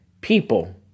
people